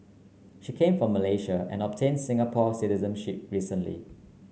she came from Malaysia and obtained Singapore citizenship recently